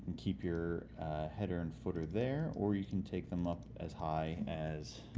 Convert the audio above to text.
keep your header and footer there or you can take them up as high as.